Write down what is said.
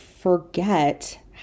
forget